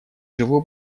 живу